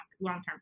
long-term